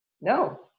no